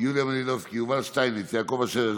והם ישבו על השולחן בוועדת הכספים ואמרו: כבוד היושב-ראש,